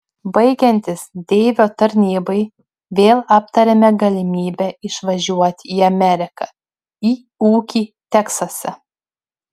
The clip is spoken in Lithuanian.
baigiantis deivio tarnybai vėl aptarėme galimybę išvažiuoti į ameriką į ūkį teksase